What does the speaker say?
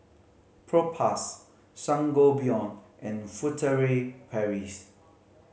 Propass Sangobion and Furtere Paris